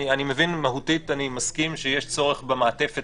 מהותית אני מסכים שיש צורך במעטפת